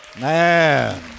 Man